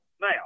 Now